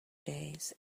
days